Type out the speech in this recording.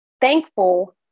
thankful